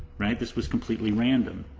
right? this was completely random.